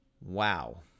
Wow